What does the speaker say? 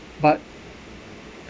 but